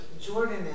Jordan